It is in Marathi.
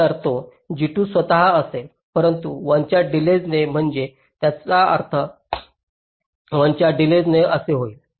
तर तो G2 स्वतःच असेल परंतु 1 च्या डिलेजने म्हणजे याचा अर्थ 1 च्या डिलेजने असे होईल